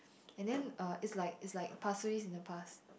and then uh it's like it's like pasir-ris in the past